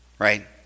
Right